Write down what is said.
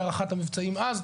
היה רח"ט מבצעים אז,